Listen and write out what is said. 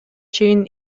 чейин